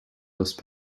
those